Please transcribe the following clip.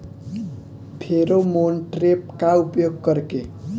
Pheromone trap का उपयोग कर के?